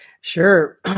Sure